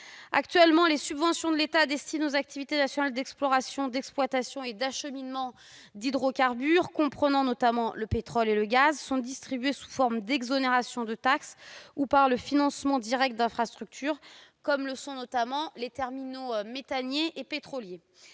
Actuellement, les subventions de l'État destinées aux activités nationales d'exploration, d'exploitation et d'acheminement d'hydrocarbures, notamment de pétrole et de gaz, sont distribuées sous forme d'exonérations de taxes ou par le financement direct d'infrastructures, comme les terminaux méthaniers et pétroliers.